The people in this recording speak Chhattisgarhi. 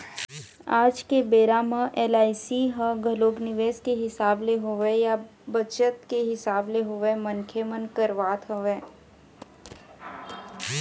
आज के बेरा म एल.आई.सी ह घलोक निवेस के हिसाब ले होवय या बचत के हिसाब ले होवय मनखे मन करवात हवँय